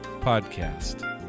podcast